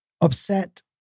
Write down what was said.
upset